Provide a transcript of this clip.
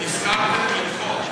למה בבקשה לדחייה לא כתבתם שום דבר?